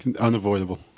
unavoidable